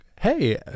hey